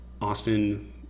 Austin